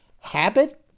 habit